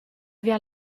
via